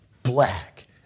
Black